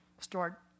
start